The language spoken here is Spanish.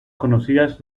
conocidas